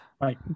right